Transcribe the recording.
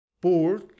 board